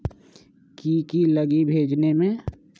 की की लगी भेजने में?